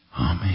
amen